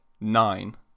nine